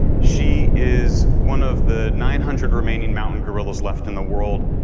she is one of the nine hundred remaining mountain gorillas left in the world.